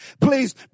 please